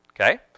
Okay